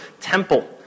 temple